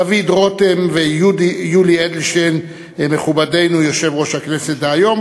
דוד רותם ויולי אדלשטיין מכובדנו יושב-ראש הכנסת דהיום,